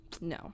No